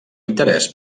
interès